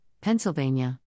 Pennsylvania